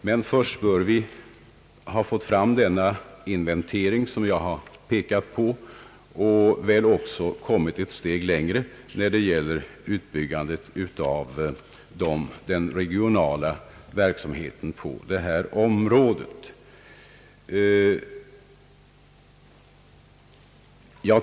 Men först bör vi ha genomfört den inventering som jag talat om och om möjligt kommit ett steg längre när det gäller utbyggandet av den regionala verksamheten på området.